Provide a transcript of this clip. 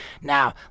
now